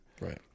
Right